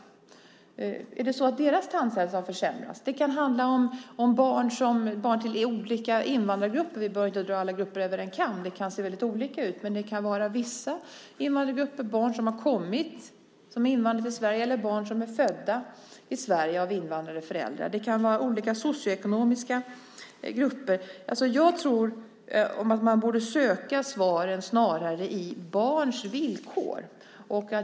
Är det så att deras tandhälsa har försämrats? Det kan handla om barn till olika invandrargrupper. Vi behöver inte dra alla grupper över en kam, det kan se väldigt olika ut, men det kan handla om vissa grupper invandrarbarn som har kommit till Sverige eller barn som är födda i Sverige till invandrade föräldrar. Det kan vara olika socioekonomiska faktorer. Jag tror att man snarare borde söka svaren i barns villkor.